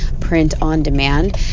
print-on-demand